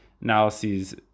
analyses